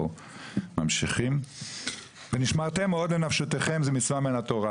או ממשיכים ונשמרתם מאוד לנפשותיכם זה מין התורה